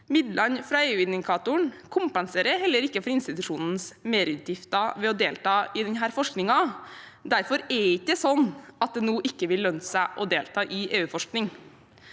Midlene fra EU-indikatoren kompenserer heller ikke for institusjonens merutgifter ved å delta i denne forskningen. Derfor er det ikke sånn at det nå ikke vil lønne seg å delta i EU-forskning.